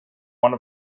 one